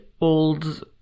old